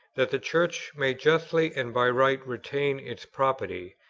that the church may justly and by right retain its property,